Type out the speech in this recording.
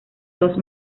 dos